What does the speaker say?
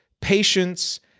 patience